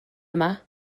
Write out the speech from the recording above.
yma